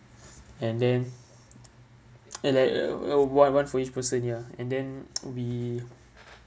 and then and like like uh one one for each person ya and then we